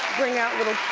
bring out lil'